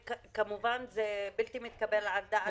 כמובן זה בלתי מתקבל על הדעת,